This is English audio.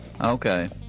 Okay